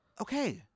Okay